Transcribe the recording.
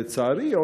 לצערי,